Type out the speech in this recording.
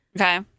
Okay